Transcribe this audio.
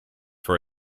for